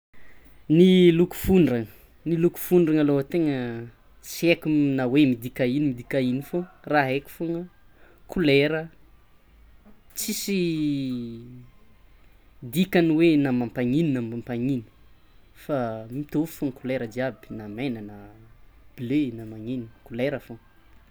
Ny loko fondragna ny loko fondrana aloha tsy aiko na hoe midika midika ino fô raha aiko fôgna kolera tsisy dikany hoe na mampanino na mampanino fa mitovy fôgna kolera jiaby na mena na bleu na manino kolera fôgna.